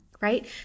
Right